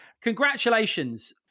Congratulations